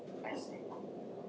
I see